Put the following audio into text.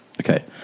Okay